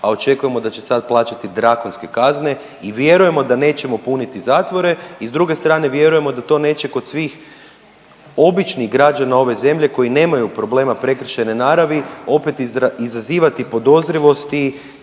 a očekujemo da će sad plaćati drakonske kazne i vjerujemo da nećemo puniti zatvore i s druge strane vjerujemo da to neće kod svih običnih građana ove zemlje koji nemaju problema prekršajne naravni opet izazivati podozrivosti,